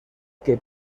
que